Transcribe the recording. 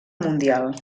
mundial